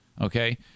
Okay